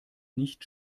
nicht